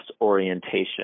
orientation